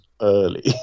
early